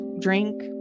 drink